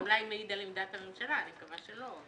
זה אולי מעיד על עמדת הממשלה, אני מקווה שלא.